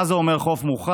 מה זה אומר, חוף מוכרז?